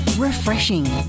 Refreshing